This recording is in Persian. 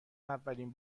اولین